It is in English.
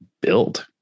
build